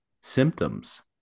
symptoms